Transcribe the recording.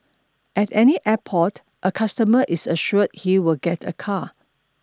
at any airport a customer is assured he will get a car